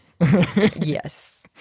Yes